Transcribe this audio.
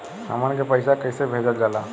हमन के पईसा कइसे भेजल जाला?